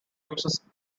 uses